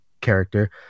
character